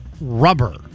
rubber